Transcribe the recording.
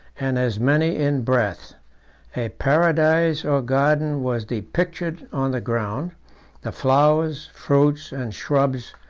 and as many in breadth a paradise or garden was depictured on the ground the flowers, fruits, and shrubs,